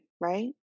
right